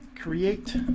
create